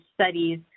studies